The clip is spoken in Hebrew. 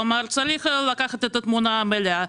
כלומר צריך לקחת את התמונה המלאה.